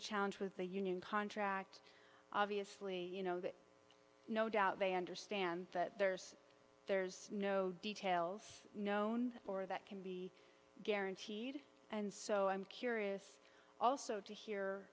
the challenge with the union contract obviously you know that no doubt they understand that there's there's no details known or that can be guaranteed and so i'm curious also to hear